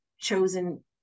chosen